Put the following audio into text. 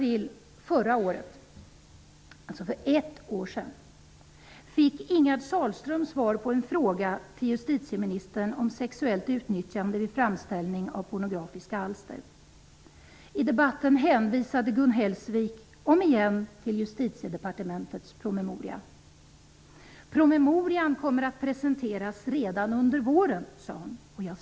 Ingegerd Sahlström svar på en fråga till justitieministern om sexuellt utnyttjande vid framställning av pornografiska alster. I debatten hänvisade Gun Hellsvik omigen till Promemorian kommer att presenteras redan under våren, sade hon.